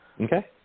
Okay